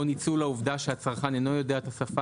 או ניצול העובדה שהצרכן אינו יודע את השפה